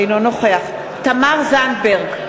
אינו נוכח תמר זנדברג,